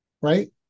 Right